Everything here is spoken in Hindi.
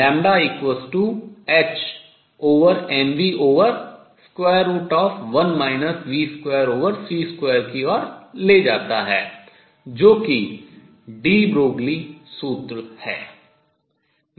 जो कि de Broglie formula de Broglie सूत्र है